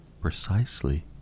precisely